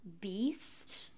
beast